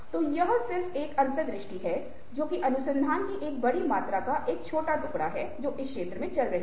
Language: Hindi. तो यह सिर्फ एक अंतर्दृष्टि है जो कि अनुसंधान की एक बड़ी मात्रा का एक टुकड़ा है जो क्षेत्र में चल रहा है